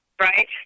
right